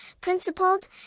principled